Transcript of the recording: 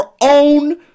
own